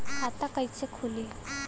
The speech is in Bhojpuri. खाता कइसे खुली?